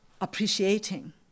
appreciating